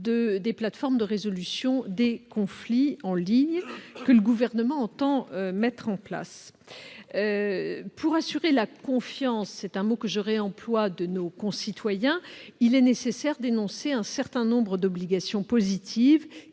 des plateformes de résolution des conflits en ligne que le Gouvernement entend mettre en place. Pour assurer la confiance de nos concitoyens- je répète ce mot à dessein -, il est nécessaire d'énoncer un certain nombre d'obligations positives